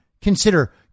consider